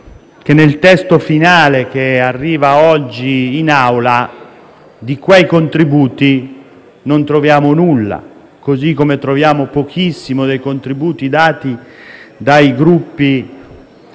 Nel testo finale che arriva oggi in Aula di quei contributi non troviamo nulla, così come troviamo pochissimo dei contributi dati dai Gruppi